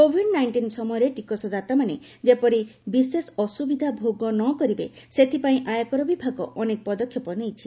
Covid nineteen ସମୟରେ ଟିକସଦାତାମାନେ ଯେପରି ବିଶେଷ ଅସୁବିଧା ଭୋଗ ନ କରିବେ ସେଥିପାଇଁ ଆୟକର ବିଭାଗ ଅନେକ ପଦକ୍ଷେପ ନେଇଛି